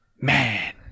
man